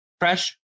fresh